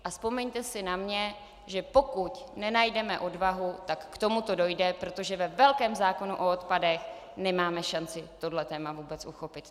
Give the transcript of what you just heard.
A vzpomeňte si na mě, že pokud nenajdeme odvahu, tak k tomuto dojde, protože ve velkém zákonu o odpadech nemáme šanci tohle téma vůbec uchopit.